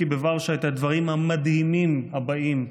בוורשה את הדברים המדהימים הבאים,